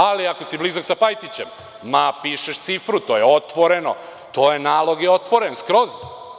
Ali, ako si blizak sa Pajtićem, ma, pišeš cifru, to je otvoreno, nalog je otvoren skroz.